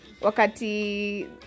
Wakati